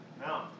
No